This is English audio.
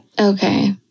Okay